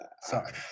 Sorry